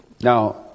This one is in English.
Now